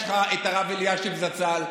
יש לך את הרב אלישיב זצ"ל,